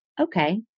okay